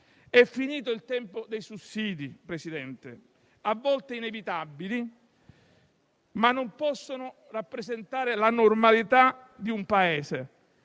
È finito il tempo dei sussidi, Presidente, a volte inevitabili, ma che non possono rappresentare la normalità di un Paese.